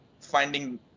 finding